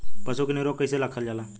पशु के निरोग कईसे रखल जाला?